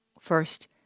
first